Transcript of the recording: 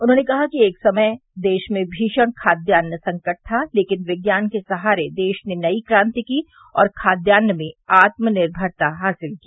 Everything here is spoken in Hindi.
उन्होंने कहा कि एक समय देश में भीषण खाद्यान संकट था लेकिन विज्ञान के सहारे देश ने नई क्रांति की और खाद्यान में आत्मनिर्मरता हासिल की